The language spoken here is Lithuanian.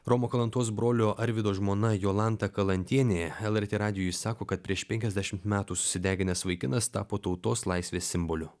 romo kalantos brolio arvydo žmona jolanta kalantienė lrt radijui sako kad prieš penkiasdešimt metų susideginęs vaikinas tapo tautos laisvės simboliu